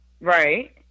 Right